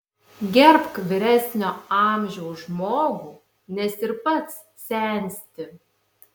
gerbk vyresnio amžiaus žmogų nes ir pats sensti